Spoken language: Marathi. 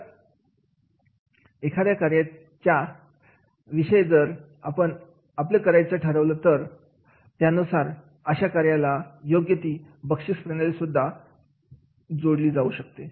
ते तर एखाद्या कार्याच्या ते विषय जर आपण आपलं करायचे ठरवले तर त्यानुसार अशा कार्याला योग्य ती बक्षिस प्रणाली सुद्धा जोडली जावी